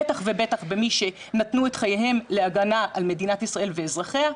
בטח ובטח למי שנתנו את חייהם להגנה על מדינת ישראל ואזרחיה,